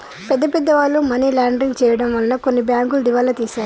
పెద్ద పెద్ద వాళ్ళు మనీ లాండరింగ్ చేయడం వలన కొన్ని బ్యాంకులు దివాలా తీశాయి